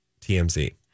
TMZ